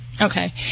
Okay